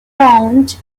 pound